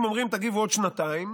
אם אומרים: תגיבו עוד שנתיים,